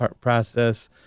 process